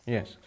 Yes